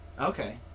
Okay